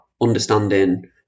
understanding